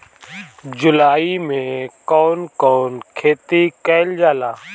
जुलाई मे कउन कउन खेती कईल जाला?